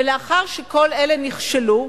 ולאחר שכל אלה נכשלו,